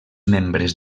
membres